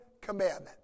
commandment